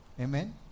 Amen